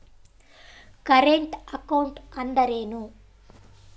Current account ಅಂದರೇನು?